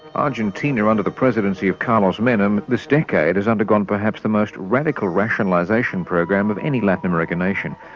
argentina, under the presidency of carlos menem this decade has undergone perhaps the most radical rationalisation program of any latin american nation,